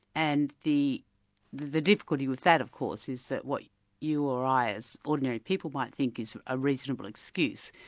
and the the difficulty with that, of course, is that what you or i as ordinary people might think is a reasonable excuse,